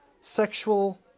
sexual